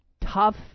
tough